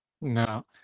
Now